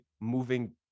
moving